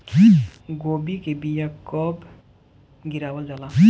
गोभी के बीया कब गिरावल जाला?